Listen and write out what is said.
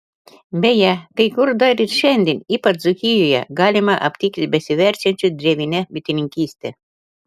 beje kai kur dar ir šiandien ypač dzūkijoje galima aptikti besiverčiančių drevine bitininkyste